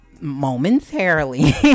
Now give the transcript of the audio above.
momentarily